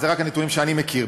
רק הנתונים שאני מכיר,